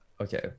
Okay